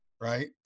right